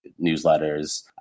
newsletters